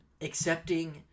accepting